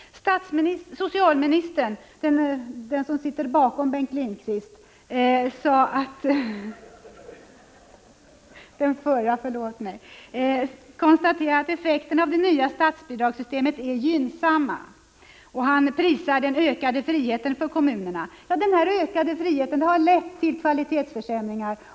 Den förre socialministern konstaterade att effekterna av det nya statsbidragssystemet är gynnsamma. Han prisar den ökade friheten för kommunerna. Ja, den ökade friheten har lett till kvalitetsförsämringar.